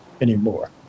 anymore